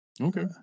Okay